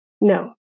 no